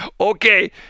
okay